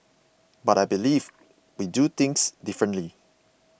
but I believe we do things differently